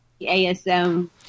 ASM